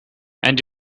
and